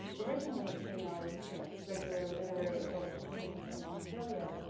originally, it came out as you know regular literary adult fiction in australia,